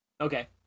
Okay